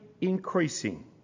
increasing